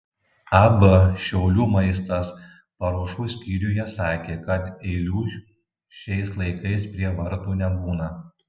ab šiaulių maistas paruošų skyriuje sakė kad eilių šiais laikais prie vartų nebūna